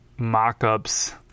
mock-ups